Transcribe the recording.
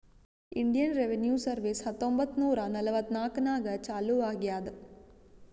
Indian revenue service ಹತ್ತೊಂಬತ್ತ್ ನೂರಾ ನಲ್ವತ್ನಾಕನಾಗ್ ಚಾಲೂ ಆಗ್ಯಾದ್